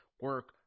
Work